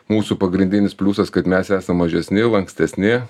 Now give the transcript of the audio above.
mūsų pagrindinis pliusas kad mes esam mažesni lankstesni